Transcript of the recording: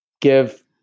give